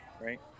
right